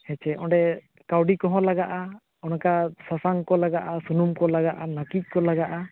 ᱦᱮᱸᱥᱮ ᱚᱸᱰᱮ ᱠᱟᱹᱣᱰᱤ ᱠᱚᱦᱚᱸ ᱞᱟᱜᱟᱜᱼᱟ ᱚᱱᱠᱟ ᱥᱟᱥᱟᱝ ᱠᱚ ᱞᱟᱜᱟᱜᱼᱟ ᱥᱩᱱᱩᱢ ᱠᱚ ᱞᱟᱜᱟᱜᱼᱟ ᱱᱟᱹᱠᱤᱡ ᱠᱚ ᱞᱟᱜᱟᱜᱼᱟ